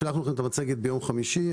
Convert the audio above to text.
שלחנו לכם את המצגת ביום חמישי.